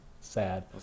Sad